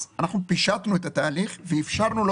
אנחנו פישטנו את התהליך ואפשרנו לו